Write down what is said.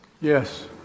Yes